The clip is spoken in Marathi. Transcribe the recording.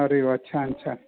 अरे वा छान छान